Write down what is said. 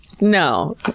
no